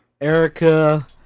Erica